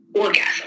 orgasm